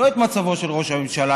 לא את מצבו של ראש הממשלה,